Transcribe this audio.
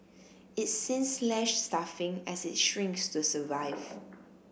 it's since slashed staffing as it shrinks to survive